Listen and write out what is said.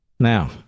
Now